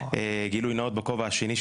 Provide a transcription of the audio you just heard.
גילוי נאות בכובע השני שלי,